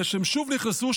אחרי שהם שוב נכנסו,